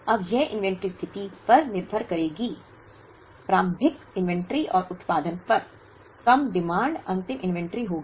अब वह इन्वेंट्री स्थिति पर निर्भर करेगी प्रारंभिक इन्वेंट्री और उत्पादन पर कम डिमांड अंतिम इन्वेंट्री होगी